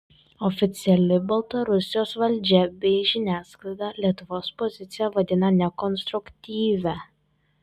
oficiali baltarusijos valdžia bei žiniasklaida lietuvos poziciją vadina nekonstruktyvia